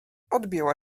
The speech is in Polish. odbiła